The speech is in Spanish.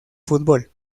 fútbol